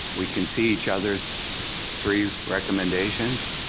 we can see each other's three recommendations,